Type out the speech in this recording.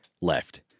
Left